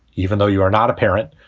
even though you are not a parent,